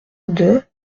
deux